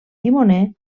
timoner